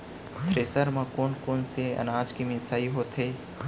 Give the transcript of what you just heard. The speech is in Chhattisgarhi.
थ्रेसर म कोन कोन से अनाज के मिसाई होथे?